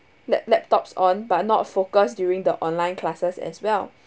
lap~ laptops on but not focus during the online classes as well